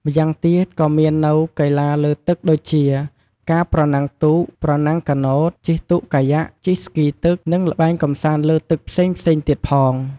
ម្យ៉ាងទៀតក៏មាននៅ កីឡាលើទឹកដូចជា ការប្រណាំងទូក ប្រណាំងកាណូត ជិះទូកកាយ៉ាក ជិះស្គីទឹក និងល្បែងកម្សាន្តលើទឹកផ្សេងៗទៀតផង។